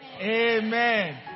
Amen